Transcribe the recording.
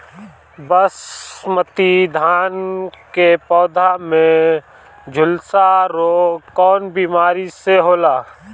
बासमती धान क पौधा में झुलसा रोग कौन बिमारी से होला?